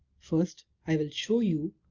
first i will show you.